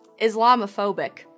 Islamophobic